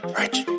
rich